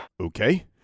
Okay